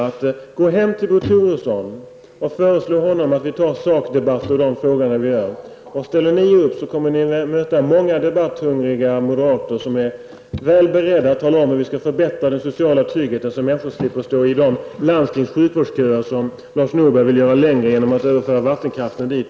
Gå hem, Åke Wictorsson, till Bo Toresson och föreslå honom att ta en sakdebatt i frågorna. Ställer ni upp kommer ni att möta många debatthungriga moderater, som är väl beredda att tala om hur vi skall förbättra den sociala tryggheten så att människorna inte behöver stå i landstingens sjukvårdsköer som Lars Norberg vill göra längre genom att överföra vattenkraften dit.